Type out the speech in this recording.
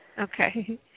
Okay